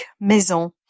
maison